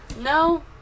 no